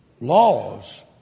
laws